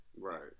Right